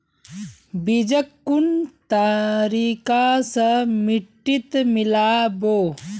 बीजक कुन तरिका स मिट्टीत मिला बो